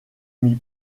mit